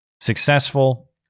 successful